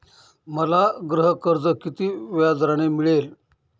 मला गृहकर्ज किती व्याजदराने मिळेल?